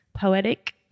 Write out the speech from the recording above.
poetic